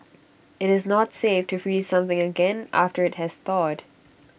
IT is not safe to freeze something again after IT has thawed